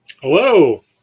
Hello